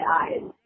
eyes